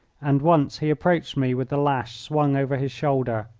and once he approached me with the lash swung over his shoulder,